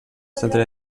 centre